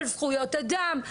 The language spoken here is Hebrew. על זכויות אדם,